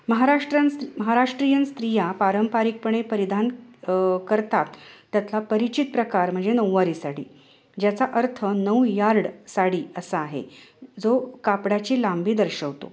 महाराष्ट्रां स् महाराष्ट्रीयन स्त्रिया पारंपरिकपणे परिधान करतात त्यातला परिचित प्रकार म्हणजे नऊवारी साडी ज्याचा अर्थ नऊ यार्ड साडी असा आहे जो कापडाची लांबी दर्शवतो